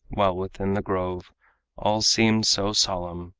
while within the grove all seemed so solemn,